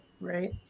Right